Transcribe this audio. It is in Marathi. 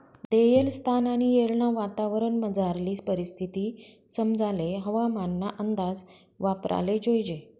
देयेल स्थान आणि येळना वातावरणमझारली परिस्थिती समजाले हवामानना अंदाज वापराले जोयजे